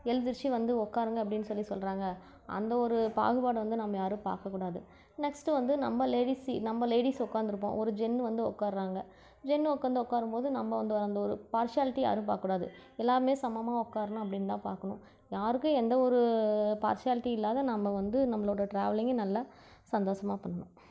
எழுந்திருச்சு வந்து உக்காருங்க அப்படினு சொல்லி சொல்கிறாங்க அந்த ஒரு பாகுபாடு வந்து நம்ம யாரும் பார்க்கக்கூடாது நெக்ஸ்ட்டு வந்து நம்ம லேடீஸ் சீ நம்ம லேடீஸ் உக்காந்துருப்போம் ஒரு ஜென் வந்து உக்கார்றாங்க ஜென் உக்காந்து உக்காரும் போது நம்ம வந்து அந்த ஒரு பார்ஷியாலிட்டி யாரும் பார்க்கக்கூடாது எல்லோருமே சமமாக உக்காருணும் அப்படின் தான் பார்க்கணும் யாருக்கும் எந்த ஒரு பார்ஷியாலிட்டி இல்லாது நம்ம வந்து நம்மளோடய ட்ராவலிங்கை நல்லா சந்தோஷமா பண்ணணும்